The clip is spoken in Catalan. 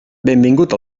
benvingut